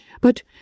but